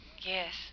Yes